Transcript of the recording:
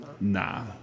Nah